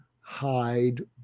hide